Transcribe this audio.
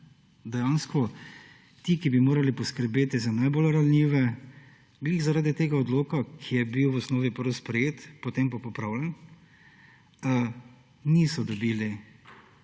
Dejansko ti, ki bi morali poskrbeti za najbolj ranljive, ravno zaradi tega odloka, ki je bil v osnovi prvo sprejet, potem pa popravljen, niso dobili